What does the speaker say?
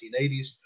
1980s